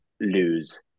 lose